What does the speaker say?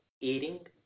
eating